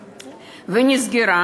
רווחה במגזר החרדי.